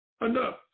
enough